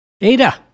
Ada